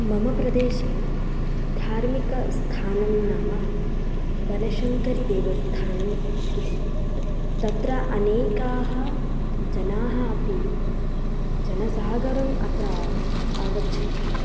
मम प्रदेशे धार्मिकस्थानं नाम बनशङ्करि देवस्थानम् इति तत्र अनेकाः जनाः अपि जनसागरः अत्र आगच्छति